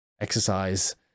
exercise